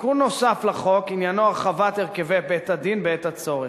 תיקון נוסף לחוק עניינו הרחבת הרכבי בית-הדין בעת הצורך.